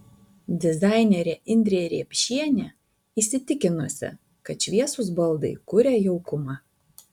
dizainerė indrė riepšienė įsitikinusi kad šviesūs baldai kuria jaukumą